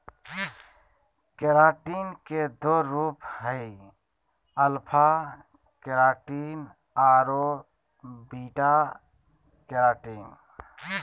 keratin के दो रूप हइ, अल्फा केराटिन आरो बीटा केराटिन